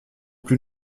plus